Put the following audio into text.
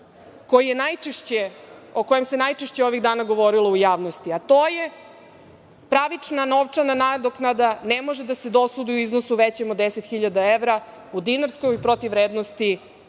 o kojem se najčešće ovih dana govorilo u javnosti, a to je pravična novčana nadoknada koja ne može da se dosudi u iznosu većem od 10.000 evra u dinarskoj protivvrednosti,